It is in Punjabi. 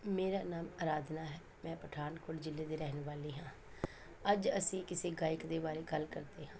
ਮੇਰਾ ਨਾਮ ਅਰਾਧਨਾ ਹੈ ਮੈਂ ਪਠਾਨਕੋਟ ਜ਼ਿਲ੍ਹੇ ਦੇ ਰਹਿਣ ਵਾਲੀ ਹਾਂ ਅੱਜ ਅਸੀਂ ਕਿਸੇ ਗਾਇਕ ਦੇ ਬਾਰੇ ਗੱਲ ਕਰਦੇ ਹਾਂ